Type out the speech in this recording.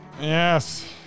yes